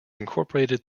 incorporated